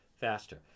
faster